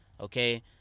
okay